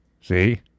See